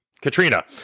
Katrina